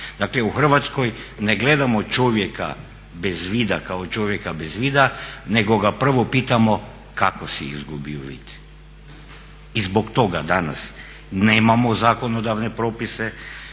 Dakle u Hrvatskoj ne gledamo čovjeka bez vida kao čovjeka bez vida nego ga prvo pitamo kako si izgubio vid? I zbog toga danas nemamo zakonodavne propise